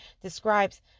describes